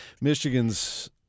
Michigan's